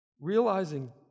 Realizing